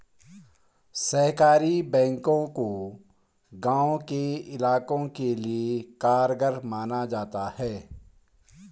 सहकारी बैंकों को गांव के इलाकों के लिये कारगर माना जाता है